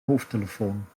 hoofdtelefoon